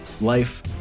life